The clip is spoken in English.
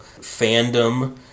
fandom